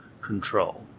control